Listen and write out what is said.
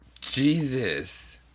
Jesus